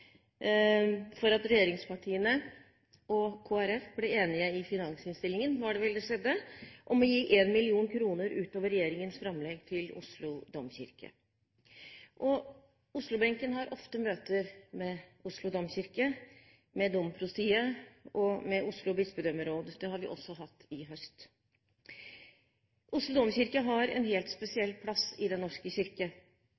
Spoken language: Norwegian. for at regjeringspartiene og Kristelig Folkeparti ble enige i finansinnstillingen – det var vel der det skjedde – om å gi 1 mill. kr ut over regjeringens framlegg til Oslo domkirke. Oslo-benken har ofte møter med Oslo domkirke, med Domprostiet og med Oslo bispedømmeråd. Det har vi også hatt i høst. Oslo domkirke har en helt